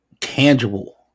tangible